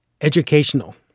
educational